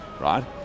right